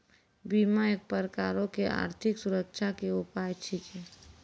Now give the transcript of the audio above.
बीमा एक प्रकारो के आर्थिक सुरक्षा के उपाय छिकै